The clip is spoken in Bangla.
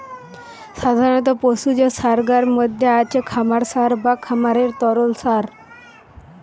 সাধারণ পশুজ সারগার মধ্যে আছে খামার সার বা খামারের তরল সার